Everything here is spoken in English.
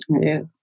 Yes